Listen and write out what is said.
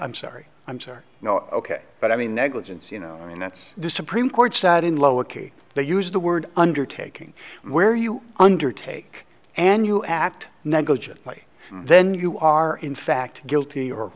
i'm sorry i'm sorry ok but i mean negligence you know i mean that's the supreme court said in lower case they use the word undertaking where you undertake and you act negligently then you are in fact guilty or